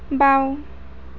বাঁও